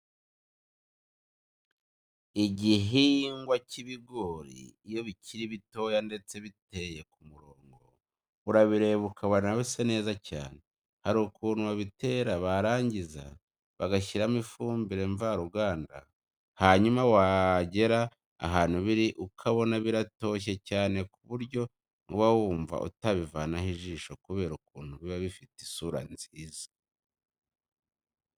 Igihingwa cy'ibigori iyo bikiri bitoya ndetse biteye ku murongo urabireba ukabona bisa neza cyane. Hari ukuntu babitera baranngiza bagashyiramo ibifumbire mvaruganda hanyuma wagera ahantu biri ukabona biratoshye cyane ku buryo uba wumva utabivano ijisho kubera ukuntu biba bifite isura nziza.